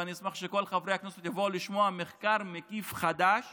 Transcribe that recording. ואני אשמח שכל חברי הכנסת יבואו לשמוע מחקר מקיף חדש